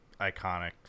iconic